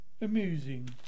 Amusing